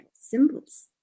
symbols